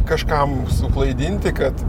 kažkam suklaidinti kad